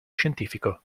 scientifico